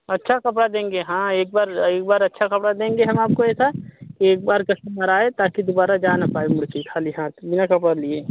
अच्छा कपड़ा देंगे हाँ एक बार एक बार अच्छा कपड़ा देंगे हम आपको ऐसा कि एक बार कस्टमर आए ताकि दुबारा जा ना पाए मुड़ कर ख़ाली हाथ बिना कपड़ा लिए